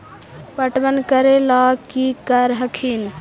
पटबन करे ला की कर हखिन?